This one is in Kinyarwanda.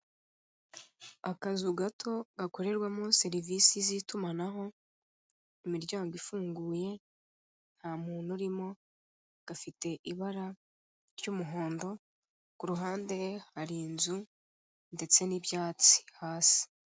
Akazu gato gakorerwamo serivise z'itumanaho, imiryango ifunguye, nta muntu urimo, gafite ibara ry'umuhondo, ku ruhande hari inzu ndetse n'ibyatsi hasi.